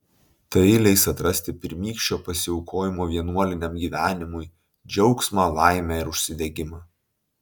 tai leis atrasti pirmykščio pasiaukojimo vienuoliniam gyvenimui džiaugsmą laimę ir užsidegimą